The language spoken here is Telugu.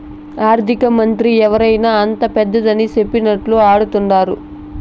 ఆర్థికమంత్రి ఎవరైనా అంతా పెదాని సెప్పినట్లా ఆడతండారు